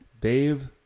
Dave